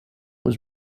was